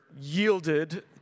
yielded